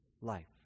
life